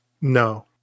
No